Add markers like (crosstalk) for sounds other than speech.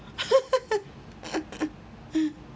(laughs)